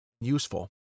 useful